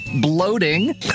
bloating